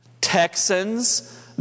Texans